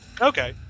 Okay